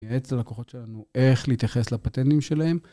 מייעץ ללקוחות שלנו, איך להתייחס לפטנים שלהם.